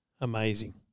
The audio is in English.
Amazing